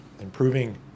improving